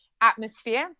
atmosphere